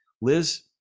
Liz